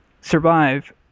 survive